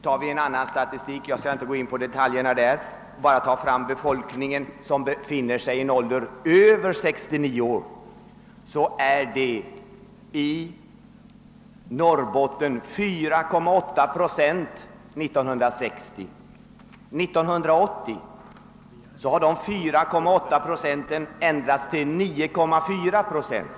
Det finns en annan statistik som visar att befolkningen i åldern över 69 år i Norrbotten utgjorde 4,8 procent år 1960. År 1980 beräknas andelen ha ökat till 9,4 procent.